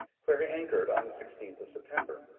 where he anchored on the sixteenth of september.